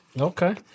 Okay